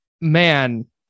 man